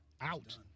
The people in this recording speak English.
out